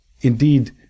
indeed